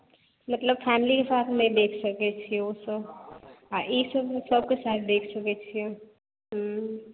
मतलब फैमिलीके साथ नहि देख सकैत छी ओसभ आ ईसभ मतलब सभके साथ देख सकैत छियै हँ